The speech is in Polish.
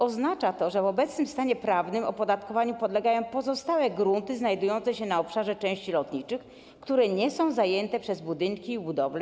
Oznacza to, że w obecnym stanie prawnym opodatkowaniu podlegają pozostałe grunty znajdujące się na obszarze części lotniczych lotnisk, które nie są zajęte przez budynki i budowle.